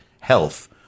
health